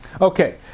Okay